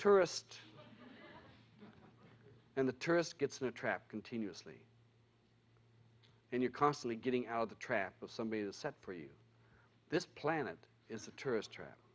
tourist and the tourist gets there trapped continuously and you're constantly getting out of the trap of somebody that set for you this planet is a tourist trap